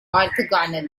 orthogonal